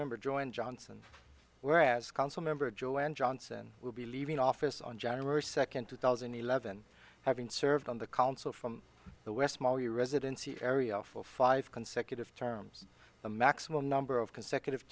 member joined johnson whereas council member joanne johnson will be leaving office on january second two thousand and eleven having served on the council from the west small your residency area awful five consecutive terms the maximum number of consecutive